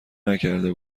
نکرده